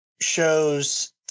shows